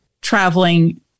traveling